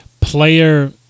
Player